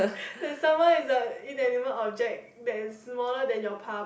like someone is like inanimate object that is smaller than your palm